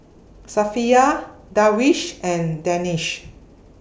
Safiya Darwish and Danish